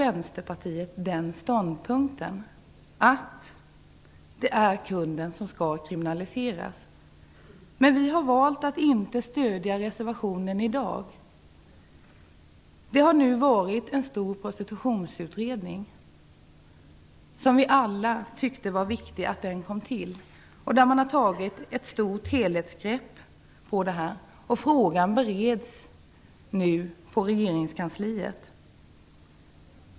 Vänsterpartiet delar ståndpunkten att det är kunden som skall kriminaliseras, men vi har valt att inte stödja reservationen i dag. Det har nu skett en stor prostitutionsutredning. Vi tyckte alla att det var viktigt att den kom till. Man har tagit ett helhetsgrepp på frågan. Den bereds nu i regeringskansliet.